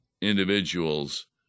individuals